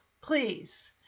Please